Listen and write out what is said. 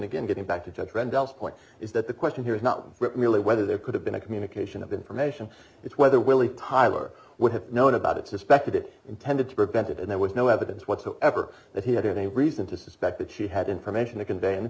again getting back to trend point is that the question here is not really whether there could have been a communication of information it's whether willy tyler would have known about it suspected it intended to prevent it and there was no evidence whatsoever that he had any reason to suspect that she had information to convey